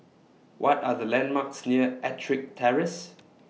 What Are The landmarks near Ettrick Terrace